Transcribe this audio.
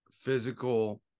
physical